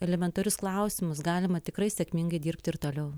elementarius klausimus galima tikrai sėkmingai dirbti ir toliau